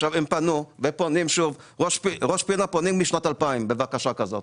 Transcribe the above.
עיריית ראש פינה פונה משנת 2,000 בבקשה כזו,